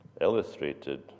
illustrated